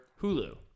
Hulu